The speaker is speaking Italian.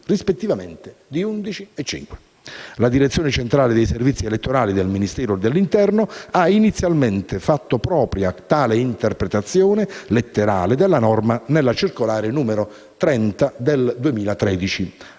rispettivamente, di 11 e 5. La Direzione centrale dei servizi elettorali del Ministero dell'interno ha inizialmente fatto propria tale interpretazione letterale della norma nella circolare n. 30 del 2013.